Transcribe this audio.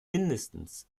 mindestens